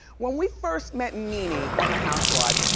when we first met nene on the housewives,